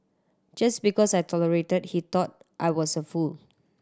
just because I tolerated he thought I was a fool